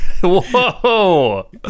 Whoa